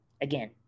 again